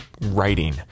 writing